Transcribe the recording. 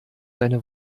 seine